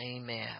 Amen